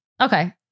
Okay